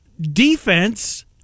defense